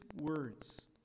words